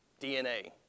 DNA